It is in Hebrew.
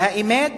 והאמת,